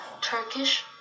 Turkish